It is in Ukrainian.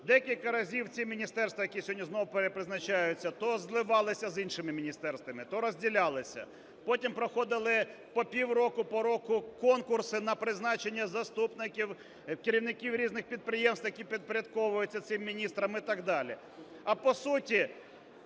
Декілька разів ці міністерства, які сьогодні знову перепризначуються, то зливалися з іншими міністерствами, то розділялися. Потім проходили по пів року, по року конкурси на призначення заступників, керівників різних підприємств, які підпорядковуються цим міністрам і так далі. А по суті